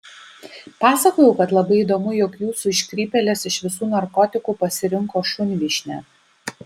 pasakojau kad labai įdomu jog jūsų iškrypėlis iš visų narkotikų pasirinko šunvyšnę